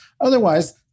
Otherwise